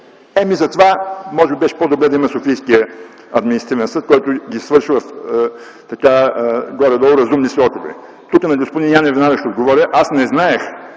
Е, затова може би беше по-добре да има Софийския административен съд, който ги свърши в горе-долу разумни срокове. Тук на господин Янев ще отговоря: аз не знаех,